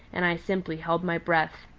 and i simply held my breath.